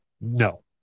no